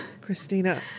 Christina